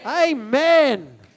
Amen